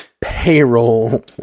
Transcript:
payroll